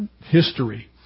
history